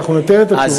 אנחנו ניתן את התשובה.